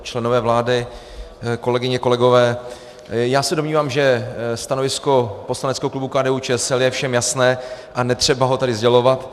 Členové vlády, kolegyně, kolegové, já se domnívám, že stanovisko poslaneckého klubu KDUČSL je všem jasné a netřeba ho tady sdělovat.